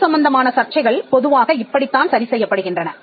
சொத்து சம்பந்தமான சர்ச்சைகள் பொதுவாக இப்படித்தான் சரி செய்யப்படுகின்றன